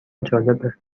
جالبه